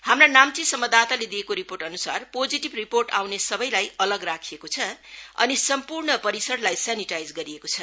हाम्रा नाम्ची सम्वाददाताले दिएको रिपोर्टअनुसार पोजिटिभ रिपोर्ट आउने सबैलाई अलग राखिएको छ अनि सम्पूर्ण पिरसरलाई सेनिटाइजर गरिएको छ